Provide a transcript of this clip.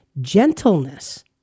gentleness